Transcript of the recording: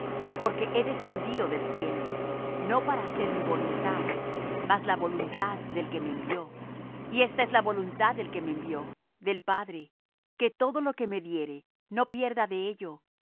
porque he descendido del cielo no para hacer mi voluntad mas la voluntad del que me envió y esta es la voluntad del que me envió del padre que todo lo que me diere no pierda de ello